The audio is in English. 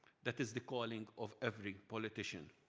that is the calling of every politician.